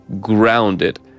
grounded